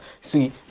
see